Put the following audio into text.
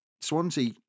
Swansea